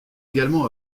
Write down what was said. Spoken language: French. également